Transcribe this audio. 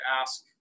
ask